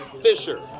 Fisher